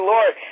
Lord